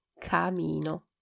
camino